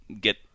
get